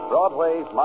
Broadway's